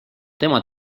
tema